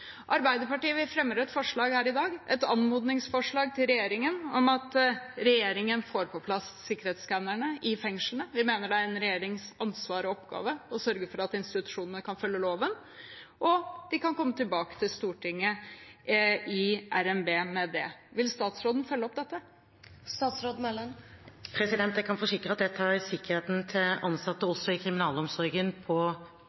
Arbeiderpartiet fremmer et forslag her i dag, et anmodningsforslag til regjeringen om at regjeringen får på plass sikkerhetsskannerne i fengslene – vi mener det er en regjerings ansvar og oppgave å sørge for at institusjonene kan følge loven – og så kan de komme tilbake i Stortinget i RNB med det. Vil statsråden følge opp dette? Jeg kan forsikre om at jeg tar sikkerheten til ansatte, også i kriminalomsorgen, på